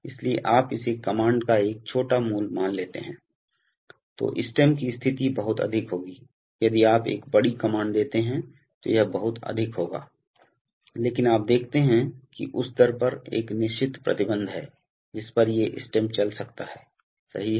इसलिए आप इसे कमांड का एक छोटा मूल मान लेते हैं तो स्टेम की स्थिति बहुत अधिक होगी यदि आप एक बड़ी कमांड देते हैं तो यह बहुत अधिक होगा लेकिन आप देखते हैं कि उस दर पर एक निश्चित प्रतिबंध है जिस पर ये स्टेम चल सकता है सही है